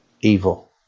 evil